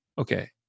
okay